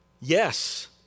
yes